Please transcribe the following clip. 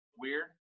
weird